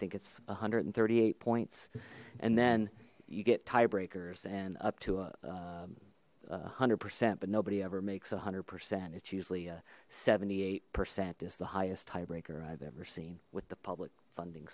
think it's one hundred and thirty eight points and then you get tie breakers and up to a hundred percent but nobody ever makes a hundred percent it's usually a seventy eight percent is the highest tie breaker i've ever seen with the public funding